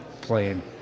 playing